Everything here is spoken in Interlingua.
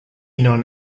non